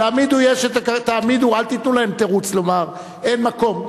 תעמידו, אל תיתנו להם תירוץ לומר: אין מקום.